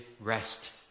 rest